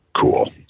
cool